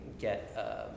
get